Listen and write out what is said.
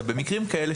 במקרים כאלה,